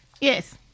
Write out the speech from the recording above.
Yes